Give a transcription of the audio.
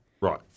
Right